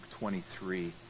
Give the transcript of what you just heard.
23